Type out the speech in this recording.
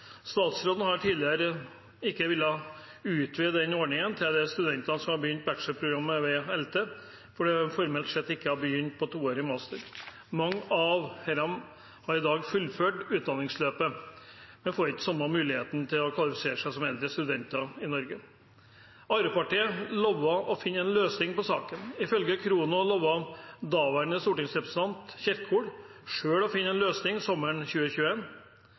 Statsråden har tidligere ikke villet utvide den ordningen til de studentene som har begynt bachelorprogrammet ved ELTE, fordi de formelt sett ikke har begynt på toårig masterutdanning. Mange av disse har i dag fullført utdanningsløpet, men får ikke samme mulighet til å kvalifisere seg som eldre studenter i Norge. Arbeiderpartiet lovte å finne en løsning på saken. Ifølge Khrono lovte daværende stortingsrepresentant Kjerkol selv å finne en løsning sommeren